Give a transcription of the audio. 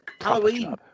Halloween